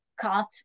cut